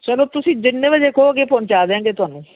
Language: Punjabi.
ਚਲੋ ਤੁਸੀਂ ਜਿੰਨੇ ਵਜੇ ਕਹੋਗੇ ਪਹੁੰਚਾ ਦਿਆਂਗੇ ਤੁਹਾਨੂੰ